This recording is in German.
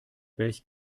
welch